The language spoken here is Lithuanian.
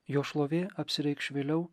jo šlovė apsireikš vėliau